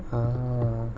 ah